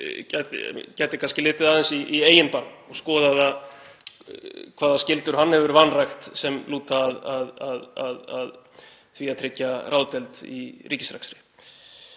gæti kannski litið aðeins í eigin barm og skoða hvaða skyldur hann hefur vanrækt sem lúta að því að tryggja ráðdeild í ríkisrekstri.